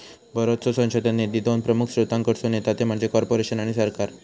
बरोचसो संशोधन निधी दोन प्रमुख स्त्रोतांकडसून येता ते म्हणजे कॉर्पोरेशन आणि सरकार